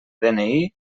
dni